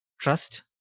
trust